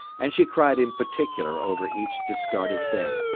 and she cried in particular over each discarded thing.